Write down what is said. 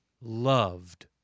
loved